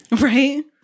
Right